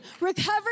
recovery